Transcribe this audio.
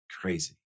crazy